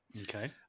Okay